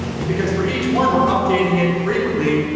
and because for each one, we're updating it frequently,